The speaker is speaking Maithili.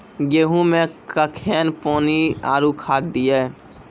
गेहूँ मे कखेन पानी आरु खाद दिये?